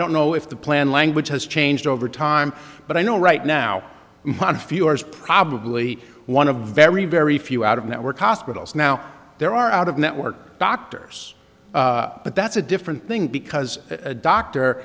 don't know if the plan language has changed over time but i know right now on a few hours probably one of very very few out of network hospitals now there are out of network doctors but that's a different thing because a doctor